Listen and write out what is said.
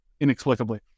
inexplicably